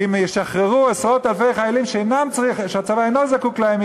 ואם ישחררו עשרות אלפי חיילים שהצבא אינו זקוק להם,